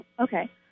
okay